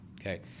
Okay